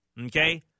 okay